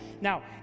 Now